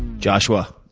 joshua.